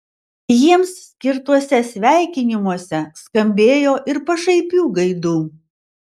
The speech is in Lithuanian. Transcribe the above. jiems skirtuose sveikinimuose skambėjo ir pašaipių gaidų